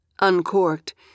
Uncorked